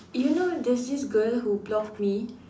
you know there's this girl who blocked me